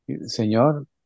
Señor